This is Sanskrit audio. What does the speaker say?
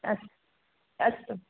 अस्तु अस्तु